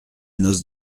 noce